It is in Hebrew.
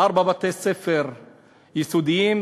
ארבעה בתי-ספר יסודיים,